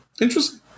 Interesting